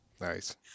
nice